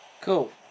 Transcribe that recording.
Cool